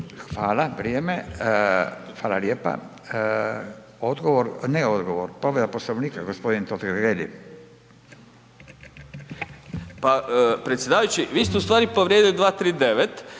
Hvala, vrijeme, hvala lijepa. Odgovor, ne odgovor, povreda Poslovnika gospodin Totgergeli. **Totgergeli, Miro (HDZ)** Pa predsjedavajući vi ste ustvari povrijedili 239.